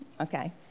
okay